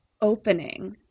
opening